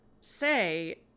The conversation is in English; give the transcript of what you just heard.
say